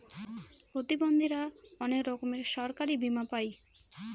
প্রতিবন্ধীরা অনেক রকমের সরকারি বীমা পাই